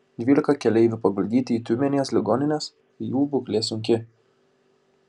dvylika keleivių paguldyti į tiumenės ligonines jų būklė sunki